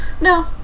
No